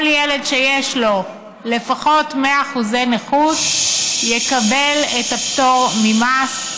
כל ילד שיש לו לפחות 110% נכות יקבל את הפטור ממס.